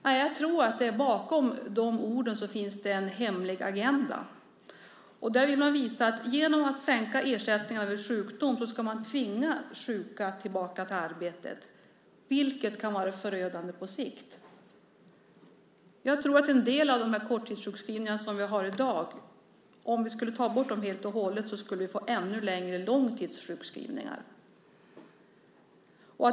Nej, jag tror att det bakom de orden finns en hemlig agenda där man vill visa att genom att sänka ersättningarna vid sjukdom ska man tvinga sjuka tillbaka till arbetet. Det kan vara förödande på sikt. Jag tror att vi, om vi helt och hållet tog bort en del av de korttidssjukskrivningar som vi har i dag, skulle få ännu längre långtidssjukskrivningar.